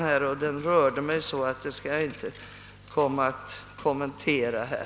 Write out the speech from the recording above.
Den rörde mig så, att jag inte skall kommentera den här.